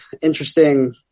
interesting